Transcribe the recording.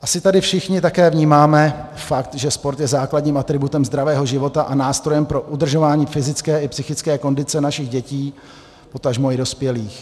Asi tady všichni také vnímáme fakt, že sport je základním atributem zdravého života a nástrojem pro udržování fyzické i psychické kondice našich dětí, potažmo i dospělých.